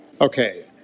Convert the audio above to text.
Okay